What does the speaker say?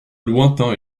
lointain